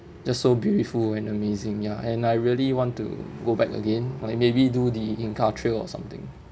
just so beautiful and amazing ya and I really want to go back again like maybe do the inca trail or something